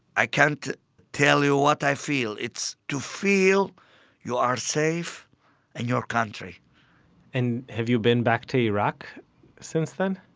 i can't tell you what i feel, it's to feel you are safe in your country and have you been back to iraq since then?